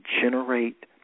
generate